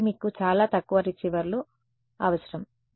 కాబట్టి మీకు చాలా తక్కువ రిసీవర్లు అవసరం